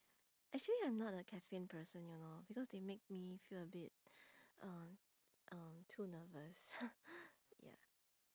actually I'm not a caffeine person you know because they make me feel a bit uh uh too nervous ya